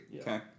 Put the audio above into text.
Okay